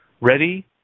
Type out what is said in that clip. Ready